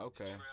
Okay